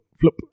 flip